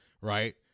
Right